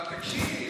אבל תקשיב.